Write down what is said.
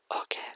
okay